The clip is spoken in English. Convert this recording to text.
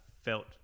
felt